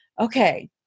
okay